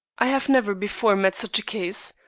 i have never before met such a case.